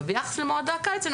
ביחס למועדי הקיץ,